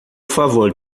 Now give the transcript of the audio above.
favor